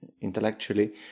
intellectually